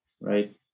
right